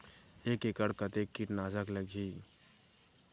एक एकड़ कतेक किट नाशक लगही?